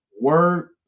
word